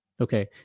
Okay